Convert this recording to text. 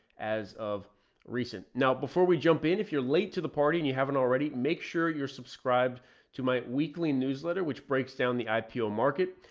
as of recent. now, before we jump in, if you're late to the party and you haven't already make sure you're subscribed to my weekly newsletter, which breaks down the ipo market,